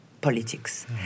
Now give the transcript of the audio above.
politics